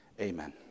Amen